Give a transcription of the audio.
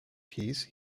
piece